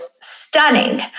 stunning